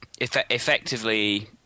effectively